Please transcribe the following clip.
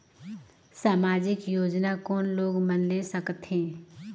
समाजिक योजना कोन लोग मन ले सकथे?